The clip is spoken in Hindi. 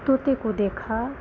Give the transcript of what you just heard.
तोते को देखा